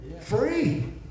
Free